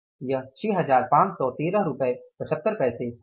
यह 651375 रुपये होता है